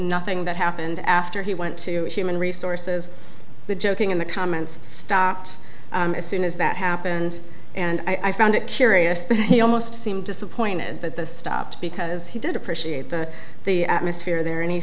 nothing that happened after he went to a human resources the joking in the comments stopped as soon as that happened and i found it curious that he almost seemed disappointed that the stopped because he did appreciate the the atmosphere there and he